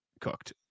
cooked